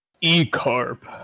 E-carp